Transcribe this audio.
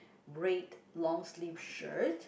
red long sleeve shirt